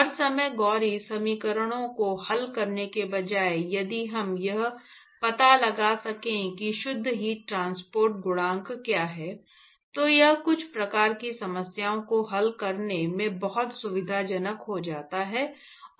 हर समय गोरी समीकरणों को हल करने के बजाय यदि हम यह पता लगा सकें कि शुद्ध हीट ट्रांसपोर्ट गुणांक क्या है तो यह कुछ प्रकार की समस्याओं को हल करने में बहुत सुविधाजनक हो जाता है